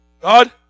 God